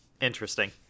interesting